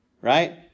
right